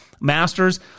Masters